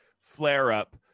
flare-up